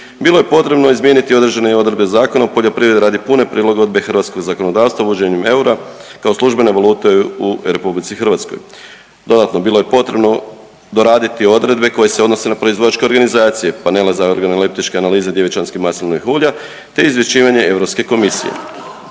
Bilo je potrebno izmijeniti i određene odredbe Zakona o poljoprivredi radi pune prilagodbe hrvatskog zakonodavstva uvođenjem eura kao službene valute u RH. Dodatno, bilo je potrebno doraditi odredbe koje se odnose na proizvođačke organizacije, panela za organoleptičke analize djevičanski maslinovih ulja, te izvješćivanje Europske komisije.